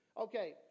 Okay